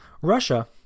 Russia